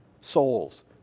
souls